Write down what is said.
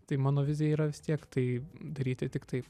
tai mano vizija yra vis tiek tai daryti tiktai